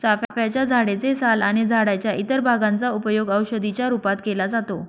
चाफ्याच्या झाडे चे साल आणि झाडाच्या इतर भागांचा उपयोग औषधी च्या रूपात केला जातो